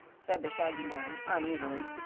said the shaggy man, uneasily,